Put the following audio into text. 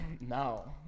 No